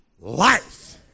life